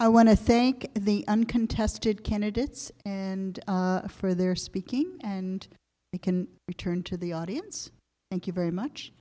i want to thank the uncontested candidates and for their speaking and we can return to the audience thank you very much